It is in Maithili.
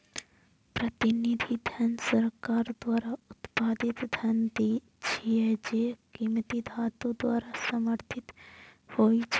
प्रतिनिधि धन सरकार द्वारा उत्पादित धन छियै, जे कीमती धातु द्वारा समर्थित होइ छै